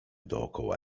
dookoła